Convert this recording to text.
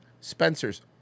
Spencer's